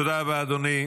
תודה רבה, אדוני.